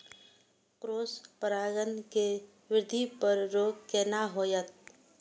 Cross परागण के वृद्धि पर रोक केना होयत?